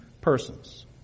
persons